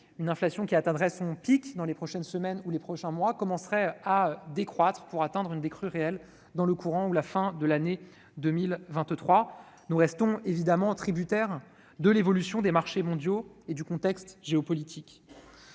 : l'inflation qui atteindrait son pic dans les prochaines semaines ou dans les prochains mois commencerait à décroître pour réellement baisser dans le courant ou à la fin de l'année 2023. Nous restons évidemment tributaires de l'évolution des marchés mondiaux et du contexte géopolitique.